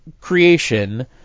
creation